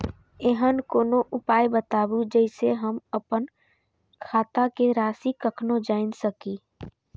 ऐहन कोनो उपाय बताबु जै से हम आपन खाता के राशी कखनो जै सकी?